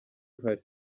uhari